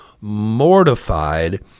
mortified